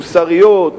מוסריות,